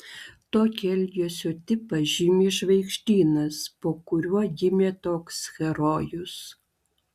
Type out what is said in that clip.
tokį elgesio tipą žymi žvaigždynas po kuriuo gimė toks herojus